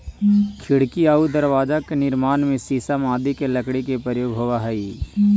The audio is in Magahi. खिड़की आउ दरवाजा के निर्माण में शीशम आदि के लकड़ी के प्रयोग होवऽ हइ